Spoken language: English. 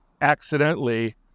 accidentally